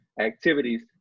activities